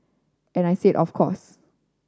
and I said of course